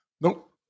Nope